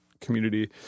community